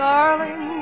Darling